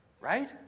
Right